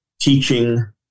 teaching